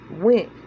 went